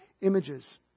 images